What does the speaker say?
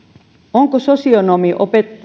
onko sosionomi